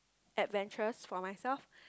adventurous for myself